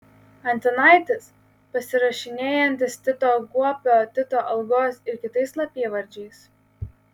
antanaitis pasirašinėjantis tito guopio tito algos ir kitais slapyvardžiais